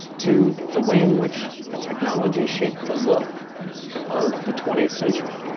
to the way in which the technology shaped the look of the twentieth century.